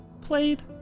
played